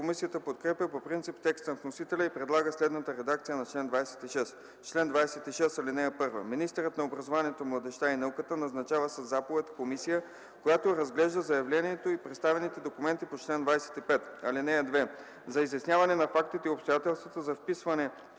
Комисията подкрепя по принцип текста на вносителя и предлага следната редакция на чл. 26: „Чл. 26. (1) Министърът на образованието, младежта и науката назначава със заповед комисия, която разглежда заявлението и представените документи по чл. 25. (2) За изясняване на фактите и обстоятелствата за вписване